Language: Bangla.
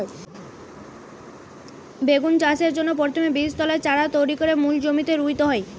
বেগুন চাষের জন্যে প্রথমে বীজতলায় চারা তৈরি কোরে মূল জমিতে রুইতে হয়